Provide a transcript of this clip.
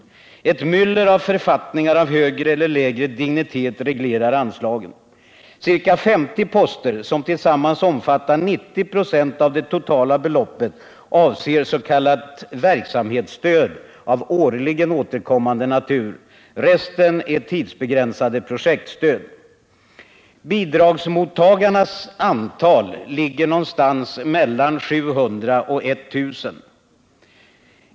Ett myller av författningar av högre eller lägre dignitet reglerar anslagen. Ca 50 poster, som tillsammans omfattar 90 96 av det totala beloppet, avser s.k. verksamhetsstöd av årligen återkommande natur. Resten är tidsbegränsade projektstöd. Bidragsmottagarnas antal ligger någonstans mellan 700 och 1000.